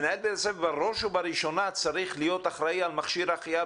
בראש ובראשונה צריך להיות אחראי על מכשיר החייאה